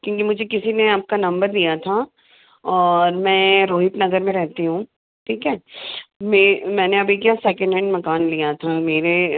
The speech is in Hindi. क्योंकि मुझे किसी ने आपका नंबर दिया था और मैं रोहित नगर में रहती हूँ ठीक है में मैंने अभी क्या सेकंड हैंड मकान लिया था मेरे